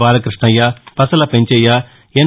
బాలకృష్ణయ్య పసల పెంచయ్య ఎన్